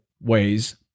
ways